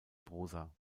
prosa